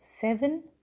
seven